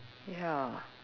ya